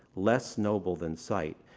less noble than sight,